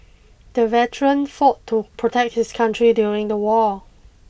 the veteran fought to protect his country during the war